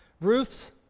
Ruth's